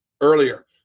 earlier